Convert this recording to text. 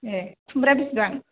ए खुमब्राया बेसेबां